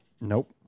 nope